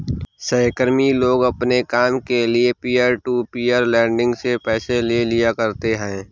सहकर्मी लोग अपने काम के लिये पीयर टू पीयर लेंडिंग से पैसे ले लिया करते है